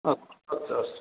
अस्तु अस्तु अस्तु